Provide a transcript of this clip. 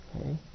Okay